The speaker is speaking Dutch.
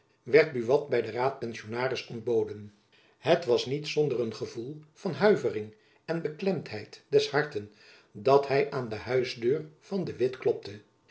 werd buat by den raadpensionaris ontboden het was niet zonder een gevoel van huivering en beklemdheid des harten dat hy aan de huisdeur van de witt klopte